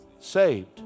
saved